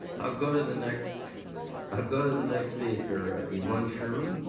i'll go to the next i'll go to the next speaker. yvonne sheerman.